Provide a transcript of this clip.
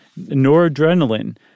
noradrenaline